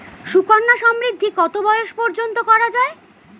সুকন্যা সমৃদ্ধী কত বয়স পর্যন্ত করা যায়?